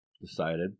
decided